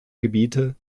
gebiete